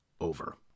over